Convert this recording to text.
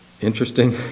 Interesting